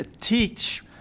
teach